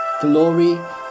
glory